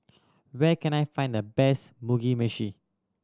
where can I find the best Mugi Meshi